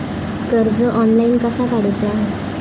कर्ज ऑनलाइन कसा काडूचा?